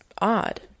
odd